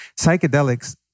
Psychedelics